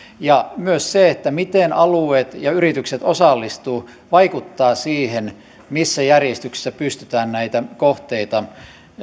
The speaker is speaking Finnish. myös se miten alueet ja yritykset osallistuvat vaikuttaa siihen missä järjestyksessä pystytään näitä kohteita